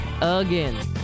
again